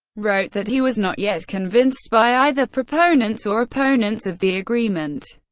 wrote that he was not yet convinced by either proponents or opponents of the agreement.